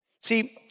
See